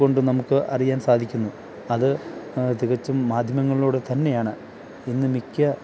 കൊണ്ടു നമുക്ക് അറിയാന് സാധിക്കുന്നു അത് തികച്ചും മാധ്യമങ്ങളിലൂടെ തന്നെയാണ് ഇന്നു മിക്ക